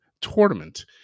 Tournament